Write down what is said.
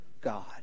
God